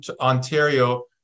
Ontario